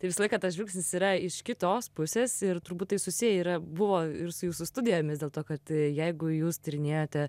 tai visą laiką tas žingsnis yra iš kitos pusės ir turbūt tai susiję yra buvo ir su jūsų studijomis dėl to kad jeigu jūs tyrinėjote